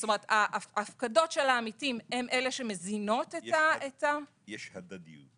זאת אומרת ההפקדות של העמיתים הם אלה שמזינות את ה --- יש הדדיות.